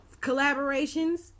collaborations